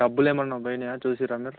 డబ్బులు ఏమన్నా పోయినాయా చూసినారందరు